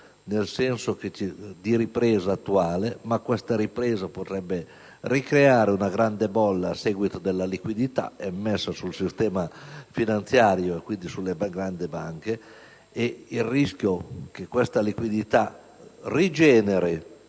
nel senso che la ripresa attuale potrebbe ricreare una grande bolla a seguito della liquidità immessa sul sistema finanziario e quindi sulle grandi banche; il rischio che questa liquidità rigeneri